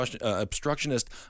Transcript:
obstructionist